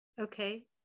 okay